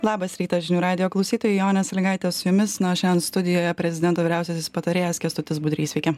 labas rytas žinių radijo klausytojai jonės salygaitė su jumis na o šiandien studijoje prezidento vyriausiasis patarėjas kęstutis budrys sveiki